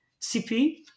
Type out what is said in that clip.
CP